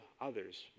others